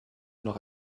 noch